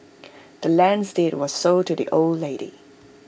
the land's deed was sold to the old lady